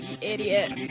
Idiot